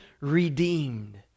redeemed